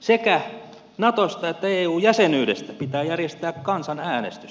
sekä natosta että eu jäsenyydestä pitää järjestää kansanäänestys